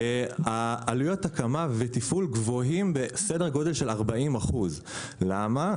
עלויות ההקמה והתפעול גבוהות בסדר גודל של 40%. למה?